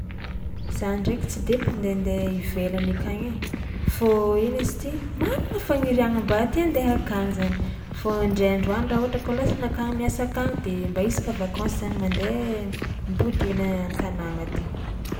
Za ndraiky tsy de mpandehandeha ivelany akagny ai fô ino izy ty manana faniriàgna mba te handeha akagny zany fô indray andro any raha ôhatra ka lôsonakà miasa akagny de mba isaka vakansy zany mandeha mipody hely an-tanàgna aty.